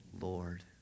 Lord